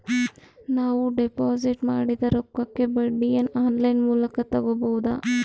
ನಾವು ಡಿಪಾಜಿಟ್ ಮಾಡಿದ ರೊಕ್ಕಕ್ಕೆ ಬಡ್ಡಿಯನ್ನ ಆನ್ ಲೈನ್ ಮೂಲಕ ತಗಬಹುದಾ?